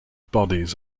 bodies